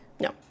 no